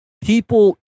people